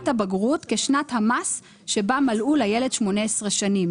הבגרות כשנת המס שבה מלאו לילד 18 שנים.